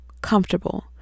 comfortable